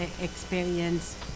experience